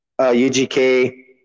UGK